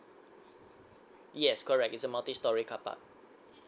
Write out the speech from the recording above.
yes correct it's a multi storey carpark